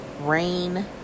rain